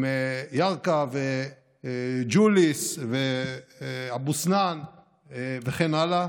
עם ירכא וג'וליס, אבו סנאן וכן הלאה,